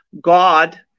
God